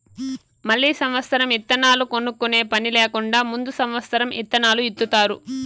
మళ్ళీ సమత్సరం ఇత్తనాలు కొనుక్కునే పని లేకుండా ముందు సమత్సరం ఇత్తనాలు ఇత్తుతారు